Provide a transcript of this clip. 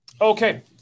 Okay